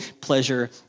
pleasure